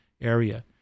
area